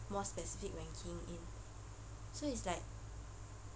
more specific when keying in so it's like